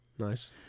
Nice